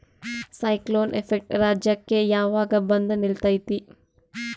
Cyclone effect ರಾಜ್ಯಕ್ಕೆ ಯಾವಾಗ ಬಂದ ನಿಲ್ಲತೈತಿ?